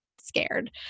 scared